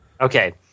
Okay